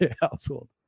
household